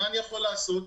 בחו"ל